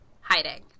hiding